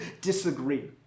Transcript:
disagree